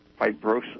fibrosis